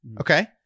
Okay